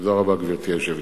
תודה רבה, גברתי היושבת-ראש.